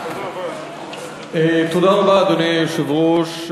אדוני היושב-ראש,